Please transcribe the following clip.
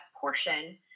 portion